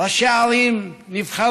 ראשי ערים נבחרו